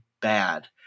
bad